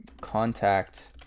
Contact